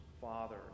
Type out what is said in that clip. father